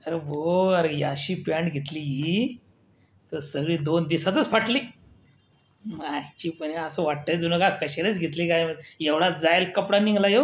अरे भाऊ ही अशी पॅन्ट घेतली ही तर सगळी दोन दिवसातच फाटली मायची पणे असं वाटतंय जणू का कशालाच घेतली काय माहित एवढा जायेल कपडा निघाला ह्यो